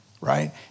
right